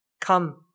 come